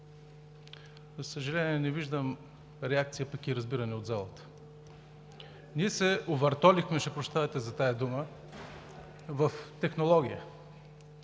За съжаление, не виждам реакция, пък и разбиране от залата. Ние се овъртолихме – ще прощавате за тази дума – в технология.